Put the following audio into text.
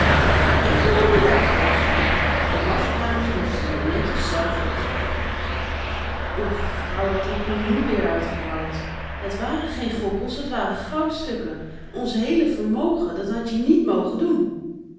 maar ik ben er niet bij geweest hoor de marskramers moesten ze netjes zelf opgraven och vrouw wat heb je nu weêr uitgehaald het waren geen gokkels het waren goudstukken ons heele vermogen dat hadt je niet mogen doen